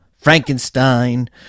frankenstein